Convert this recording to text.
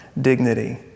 dignity